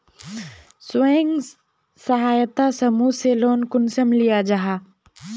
स्वयं सहायता समूह से लोन कुंसम लिया जाहा?